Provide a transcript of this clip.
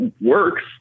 works